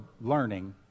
learning